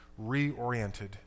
reoriented